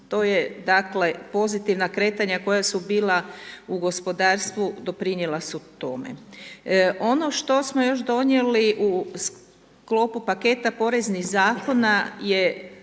To je, dakle, pozitivna kretanja koja su bila u gospodarstvu, doprinijela su tome. Ono što smo još donijeli u sklopu paketa poreznih zakona je